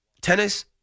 Tennis